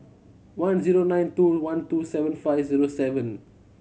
one zero nine two one two seven five zero seven